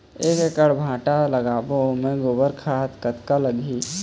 एक एकड़ भांटा लगाबो ओमे गोबर खाद कतक लगही?